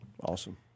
Awesome